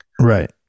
right